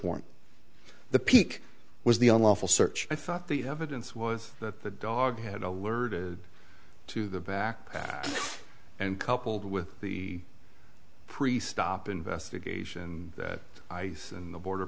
warrant the peak was the a lawful search i thought the evidence was that the dog had alerted to the backpack and coupled with the pre stop investigation that ice and the border